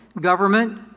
government